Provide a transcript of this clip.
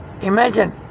Imagine